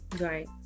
Right